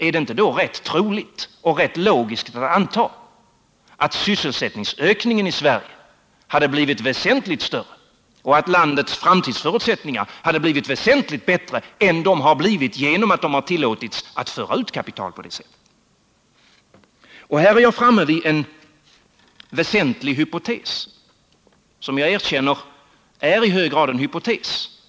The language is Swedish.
Är det då inte rätt troligt och rätt logiskt att anta att sysselsättningsökningen i Sverige hade blivit väsentligt större och att landets framtida förutsättningar hade blivit väsentligt bättre än de har blivit genom att de tillåtits att föra ut kapital på det sättet? Här är jag framme vid en viktig hypotes, som jag erkänner också i hög grad är en hypotes.